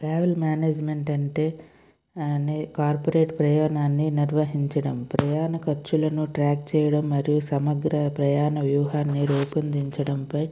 travel management అంటే నీ corporate ప్రయానాన్ని నిర్వహించడం ప్రయాణ ఖర్చులను ట్రాక్ చేయడం మరియు సమగ్ర ప్రయాణ వ్యూహాన్ని రూపొందించడంపై